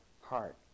heart